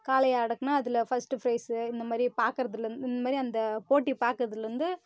காளையை அடக்கணுணா அதில் ஃபஸ்ட் பிரைஸ்ஸு இந்தமாதிரி பார்க்குறதுல இந்தமாதிரி அந்த போட்டி பார்க்குறதுலருந்து